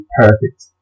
perfect